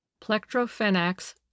Plectrophenax